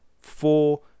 four